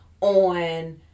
on